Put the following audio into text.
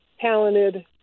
talented